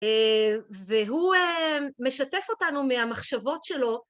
והוא משתף אותנו מהמחשבות שלו.